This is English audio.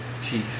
Jeez